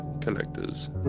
collectors